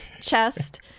chest